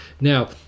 Now